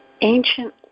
ancient